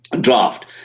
draft